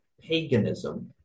paganism